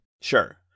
Sure